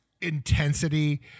intensity